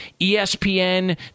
ESPN